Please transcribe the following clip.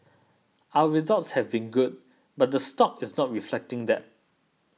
our results have been good but the stock is not reflecting that